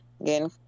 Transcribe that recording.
again